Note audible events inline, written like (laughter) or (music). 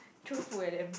throw food at them (breath)